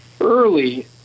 early